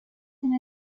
una